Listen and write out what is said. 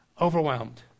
overwhelmed